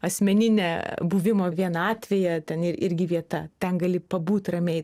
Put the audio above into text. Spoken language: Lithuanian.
asmeninė buvimo vienatvėje ten irgi vieta ten gali pabūt ramiai